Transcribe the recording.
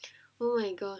oh my god